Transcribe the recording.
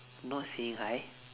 not saying hi